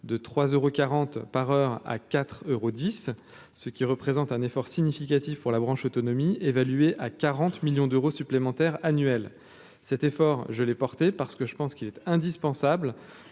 heure à quatre euros dix ce qui représente un effort significatif pour la branche autonomie évaluée à 40 millions d'euros supplémentaires annuels cet effort je l'ai portée parce que je pense qu'il est indispensable